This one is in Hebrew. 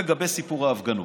לגבי סיפור ההפגנות,